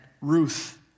Ruth